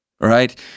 right